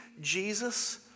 Jesus